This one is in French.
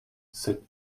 cette